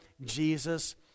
Jesus